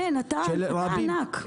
אין, אין, אתה ענק.